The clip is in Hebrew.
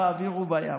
באוויר ובים".